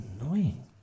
annoying